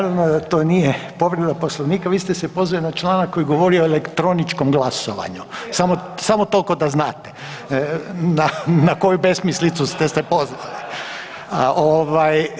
Naravno da to nije povreda Poslovnika, vi ste se pozvali na članak koji govori o elektroničkom glasovanju samo toliko da znate, na koju besmislicu ste se pozvali.